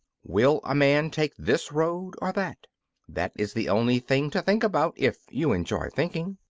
will a man take this road or that that is the only thing to think about, if you enjoy thinking.